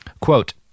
Quote